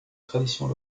traditions